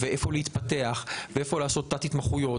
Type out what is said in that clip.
להתפתח ולעשות תת-התמחויות.